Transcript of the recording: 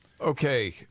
Okay